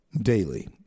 daily